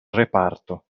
reparto